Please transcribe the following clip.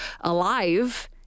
alive